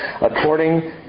according